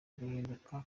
guhinduka